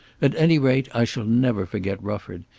at any rate i shall never forget rufford,